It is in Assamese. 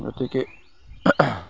গতিকে